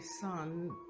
son